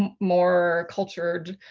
and more cultured